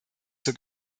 zur